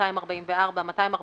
244, 245,